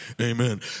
Amen